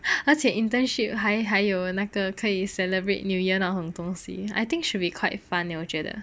而且 internship 还还有那个可以 celebrate new year 那种东西 I think should be quite fun leh 我觉得